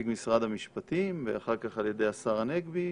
משרד המשפטים ואחר כך על ידי השר הנגבי